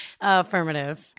Affirmative